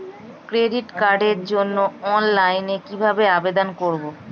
Credit কার্ডের জন্য অনলাইনে কিভাবে আবেদন করব?